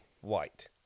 white